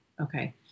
Okay